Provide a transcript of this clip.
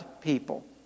people